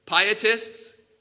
Pietists